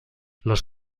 los